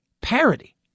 parody